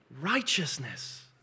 righteousness